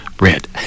red